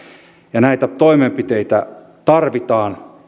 ja näitä toimenpiteitä tarvitaan